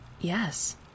yes